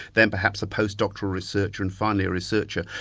then perhaps a post doctoral researcher and finally a researcher,